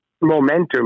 momentum